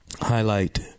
highlight